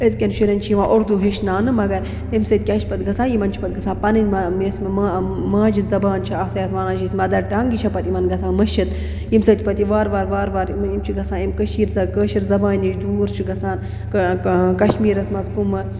أزکٮ۪ن شُرٮ۪ن چھِ یِوان اُردو ہیٚچھناونہٕ مگر تَمہِ سۭتۍ کیٛاہ چھِ پَتہٕ گژھان یِمَن چھِ پَتہٕ گَژھان پَنٕنۍ م یۄس ما ماجہِ زَبان چھِ آسان یَتھ وَنان چھِ أسۍ مَدَر ٹَنٛگ یہِ چھےٚ پَتہٕ یِمَن گَژھان مٔشِتھ ییٚمہِ سۭتۍ پَتہٕ یہِ وارٕ وارٕ وارٕ وارٕ یِم چھِ گَژھان یِم کٔشیٖر کٲشِر زَبانہِ نِش دوٗر چھِ گژھان کَشمیٖرَس منٛز کُمہٕ